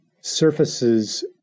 surfaces